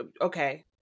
Okay